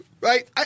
Right